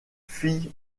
fille